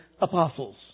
apostles